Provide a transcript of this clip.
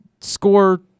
score